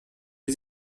sie